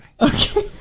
Okay